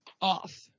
off